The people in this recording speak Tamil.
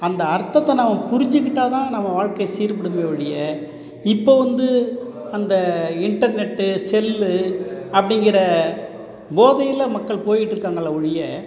அந்த அர்த்தத்தை நாம புரிஞ்சிக்கிட்டால் தான் நம்ம வாழ்க்கை சீர்படுமே ஒழிய இப்போ வந்து அந்த இன்டர்நெட்டு செல்லு அப்படிங்கிற போதையில் மக்கள் போயிட்டுருக்காங்களே ஒழிய